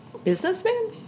Businessman